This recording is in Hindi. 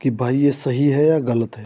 कि भाई यह सही है या गलत है